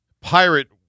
pirate